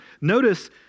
Notice